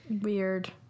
Weird